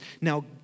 Now